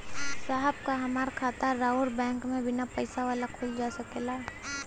साहब का हमार खाता राऊर बैंक में बीना पैसा वाला खुल जा सकेला?